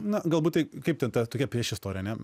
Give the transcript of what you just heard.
na galbūt tai kaip ten tokia priešistorė